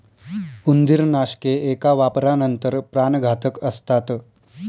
उंदीरनाशके एका वापरानंतर प्राणघातक असतात